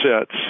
sets